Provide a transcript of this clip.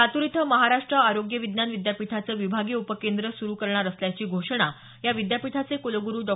लातूर इथं महाराष्ट्र आरोग्य विज्ञान विद्यापीठाचं विभागीय उपकेंद्र सुरू करणार असल्याची घोषणा या विद्यापीठाचे कुलगुरू डॉ